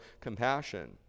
compassion